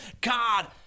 God